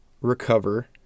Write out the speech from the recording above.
recover